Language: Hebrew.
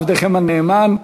עבדכם הנאמן,